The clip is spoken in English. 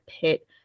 pit